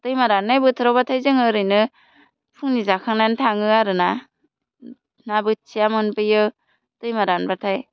दैमा राननाय बोथोराव बाथाय जोङो ओरैनो फुंनि जाखांनानै थाङो आरोना ना बोथिया मोनबोयो दैमा रानबाथाय